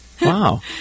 Wow